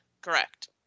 Correct